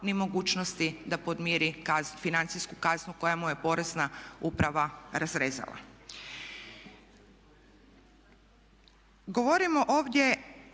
ni mogućnosti da podmiri financijsku kaznu koja mu je Porezna uprava razrezala.